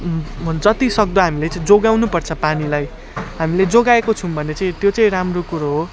जत्तिसक्दो हामी चाहिँ जोगाउनुपर्छ पानीलाई हामीले जोगाएको छौँ भने चाहिँ त्यो चाहिँ राम्रो कुरो हो